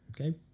Okay